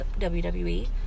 WWE